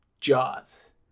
Jaws